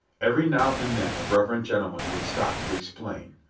every now and then the reverend gentleman would stop to exclaim,